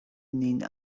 nin